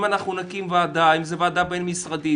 אם אנחנו נקים ועדה אם זה ועדה בין-משרדית,